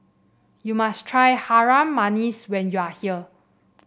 you must try Harum Manis when you are here